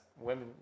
women